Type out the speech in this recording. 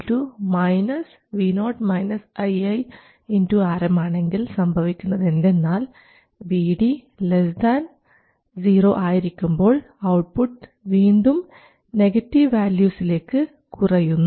Vd Vo ii Rm ആണെങ്കിൽ സംഭവിക്കുന്നത് എന്തെന്നാൽ Vd 0 ആയിരിക്കുമ്പോൾ ഔട്ട്പുട്ട് വീണ്ടും നെഗറ്റീവ് വാല്യൂസിലേക്ക് കുറയുന്നു